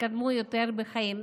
תתקדמו יותר בחיים,